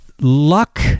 luck